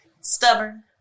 stubborn